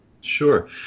Sure